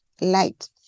light